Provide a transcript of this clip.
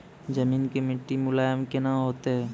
जमीन के मिट्टी मुलायम केना होतै?